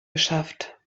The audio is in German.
geschafft